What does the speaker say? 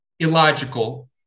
illogical